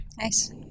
nice